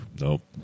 Nope